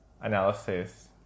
analysis